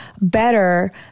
better